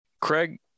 craig